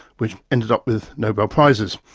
which ended up with nobel prizes.